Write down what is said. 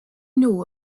know